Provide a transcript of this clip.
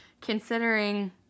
Considering